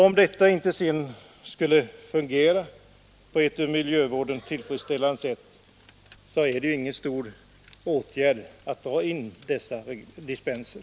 Om detta sedan inte skulle fungera på ett ur miljövårdssynpunkt tillfredsställande sätt, är det ju ingen stor åtgärd att dra in dessa dispenser.